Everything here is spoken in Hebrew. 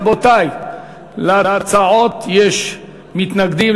רבותי, להצעות יש מתנגדים.